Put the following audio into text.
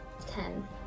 ten